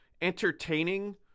entertaining